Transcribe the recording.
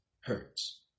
hurts